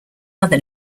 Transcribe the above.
other